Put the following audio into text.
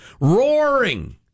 roaring